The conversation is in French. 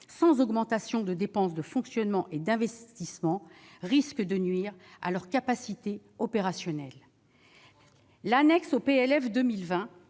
sans augmentation des dépenses de fonctionnement et d'investissement, risque de nuire à leur capacité opérationnelle. C'est tout le